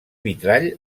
vitrall